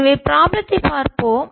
எனவே ப்ராப்ளத்தை பார்ப்போம்